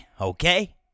okay